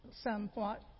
somewhat